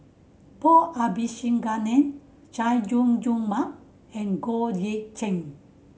Paul Abisheganaden Chay Jung Jun Mark and Goh Eck Kheng